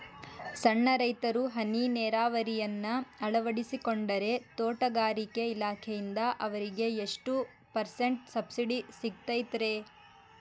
ಸಣ್ಣ ರೈತರು ಹನಿ ನೇರಾವರಿಯನ್ನ ಅಳವಡಿಸಿಕೊಂಡರೆ ತೋಟಗಾರಿಕೆ ಇಲಾಖೆಯಿಂದ ಅವರಿಗೆ ಎಷ್ಟು ಪರ್ಸೆಂಟ್ ಸಬ್ಸಿಡಿ ಸಿಗುತ್ತೈತರೇ?